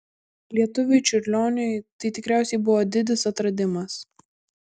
lietuviui čiurlioniui tai tikriausiai buvo didis atradimas